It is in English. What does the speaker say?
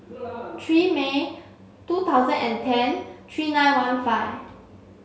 three May two thousand and ten three nine one five